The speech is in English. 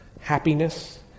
happiness